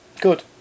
Good